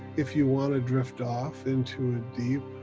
if you want to drift off into a deep,